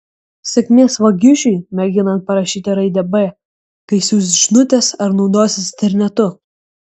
sėkmės vagišiui mėginant parašyti raidę b kai siųs žinutes ar naudosis internetu